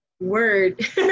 word